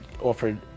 offered